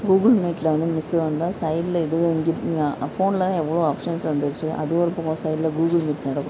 Google மீட்ல வந்து miss வந்தால் சைட்ல இதுங்க இங்கே ஃபோன்ல தான் எவ்வளோ ஆப்ஷன்ஸ் வந்துருச்சு அது ஒரு பக்கம் சைட்ல கூகுள் மீட் நடக்கும்